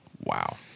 wow